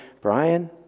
Brian